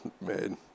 made